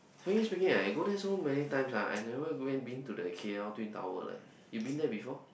frankly speaking right I go there so many times ah I never go been to the K L twin tower leh you been there before